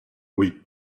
oui